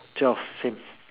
twelve same